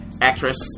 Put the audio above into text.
actress